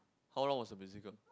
how long was the musical